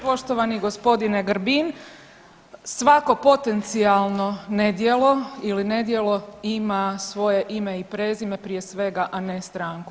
Poštovani gospodine Grbin, svako potencijalno nedjelo ili nedjelo ima svoje ime i prezime prije svega, a ne stranku.